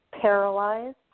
paralyzed